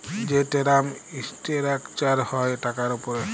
যে term structure হ্যয় টাকার উপরে